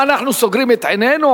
מה, אנחנו סוגרים את עינינו?